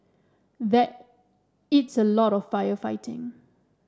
that it's a lot of firefighting